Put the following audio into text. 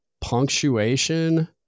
punctuation